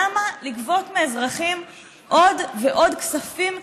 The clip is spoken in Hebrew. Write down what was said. למה לגבות מאזרחים עוד ועוד כספים מיותרים?